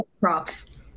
Props